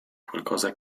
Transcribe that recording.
qualcosa